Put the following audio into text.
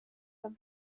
jag